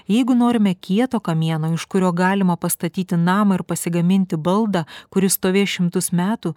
jeigu norime kieto kamieno iš kurio galima pastatyti namą ar pasigaminti baldą kuris stovės šimtus metų